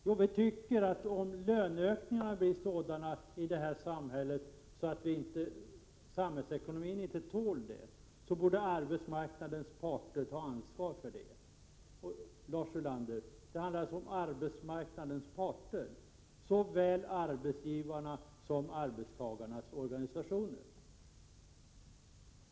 Jo, om löneökningarna blir så stora att samhällsekonomin inte tål dem, borde ju arbetsmarknadens parter ta ansvar för detta. Det handlar alltså om arbetsmarknadens parter, såväl arbetsgivarnas som arbetstagarnas organisationer.